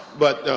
but,